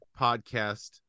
podcast